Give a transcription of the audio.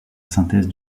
synthèse